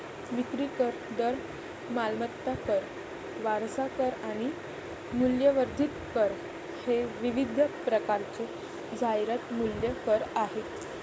विक्री कर, दर, मालमत्ता कर, वारसा कर आणि मूल्यवर्धित कर हे विविध प्रकारचे जाहिरात मूल्य कर आहेत